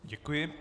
Děkuji.